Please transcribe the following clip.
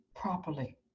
properly